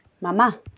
Mama